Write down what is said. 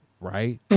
right